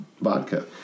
vodka